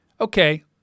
Okay